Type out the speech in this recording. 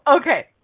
okay